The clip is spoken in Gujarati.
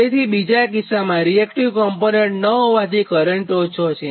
તેથી બીજા કિસ્સામાં રીએક્ટીવ કોમ્પોનન્ટ ન હોવાથી કરંટ ઓછો છે